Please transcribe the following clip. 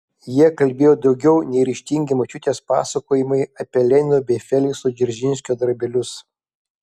jie kalbėjo daugiau nei ryžtingi močiutės pasakojimai apie lenino bei felikso dzeržinskio darbelius